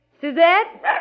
Suzette